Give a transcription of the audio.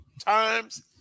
times